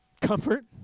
comfort